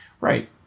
Right